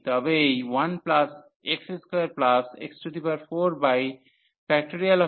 তবে এই 1x2x42